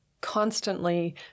constantly